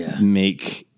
make